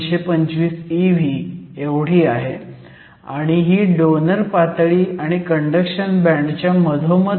0225 eV आहे आणि ही डोनर पातळी आणि कंडक्शन बँड च्या मधोमध आहे